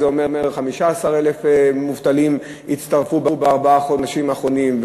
זה אומר ש-15,000 מובטלים הצטרפו בארבעת החודשים האחרונים,